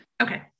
Okay